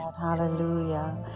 Hallelujah